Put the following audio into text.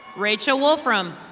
rachel wolfram.